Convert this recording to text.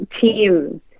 Teams